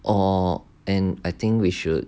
or and I think we should